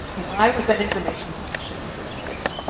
why was that information publish in the first place?